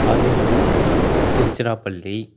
Ariyalur Tiruchirappalli